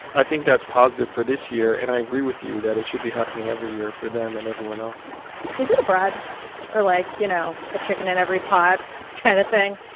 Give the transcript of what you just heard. i think that's positive for this year, and i agree with you that it should be happening every year for them and everyone else is it a bribe or, like, you know, a chicken in every pot kind of thing?